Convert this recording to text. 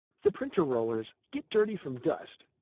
the printer rollers get dirty from dust,